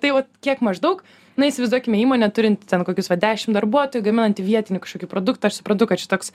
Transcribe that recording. tai vat kiek maždaug na įsivaizduokime įmonė turinti ten kokius va dešim darbuotojų gaminanti vietinį kažkokį produktą aš suprantu kad šitoks